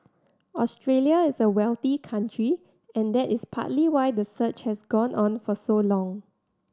Australia is a wealthy country and that is partly why the search has gone on for so long